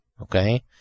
okay